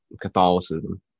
Catholicism